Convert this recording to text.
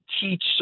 teach